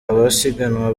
abasiganwa